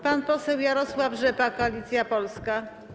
Pan poseł Jarosław Rzepa, Koalicja Polska.